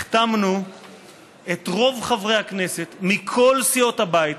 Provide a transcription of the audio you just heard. החתמנו את רוב חברי הכנסת מכל סיעות הבית